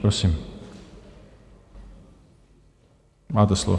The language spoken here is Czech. Prosím, máte slovo.